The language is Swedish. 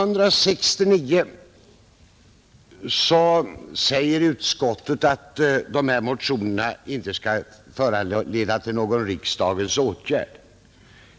Utskottet hemställde 1969 att de väckta motionerna inte skulle föranleda någon riksdagens åtgärd.